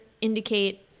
indicate